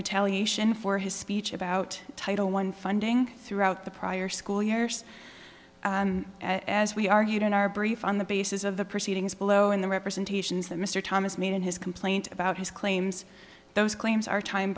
retaliation for his speech about title one funding throughout the prior school years as we argued in our brief on the basis of the proceedings below in the representations that mr thomas made in his complaint about his claims those claims are time